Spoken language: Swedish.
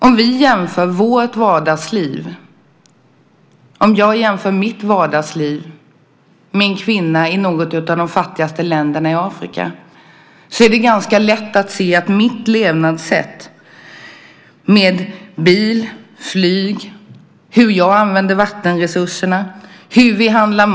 Jag kan jämföra mitt vardagsliv med vardagslivet för en kvinna i något av de fattigaste länderna i Afrika. Då är det ganska lätt att se att om alla skulle leva på samma sätt som vi gör skulle det inte vara hållbart.